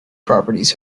properties